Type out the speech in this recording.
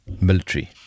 military